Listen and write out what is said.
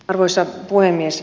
arvoisa puhemies